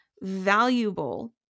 valuable